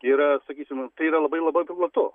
yra sakysim tai yra labai labai platu